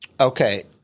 Okay